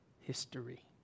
history